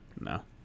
no